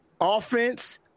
offense